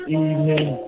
evening